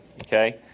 okay